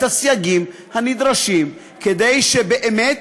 את הסייגים הנדרשים כדי שבאמת